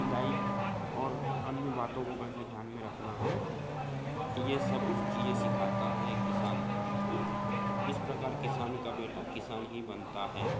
निदाई और अन्य बातों को कैसे ध्यान में रखना है यह सब चीज़ें सिखाता है किसान इस प्रकार किसान का बेटा किसान ही बनता है